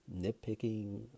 nitpicking